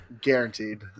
Guaranteed